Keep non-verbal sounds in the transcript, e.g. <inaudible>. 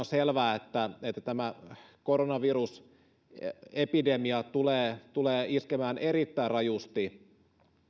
<unintelligible> selvää että tämä koronavirusepidemia tulee tulee iskemään erittäin rajusti